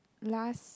last